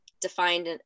defined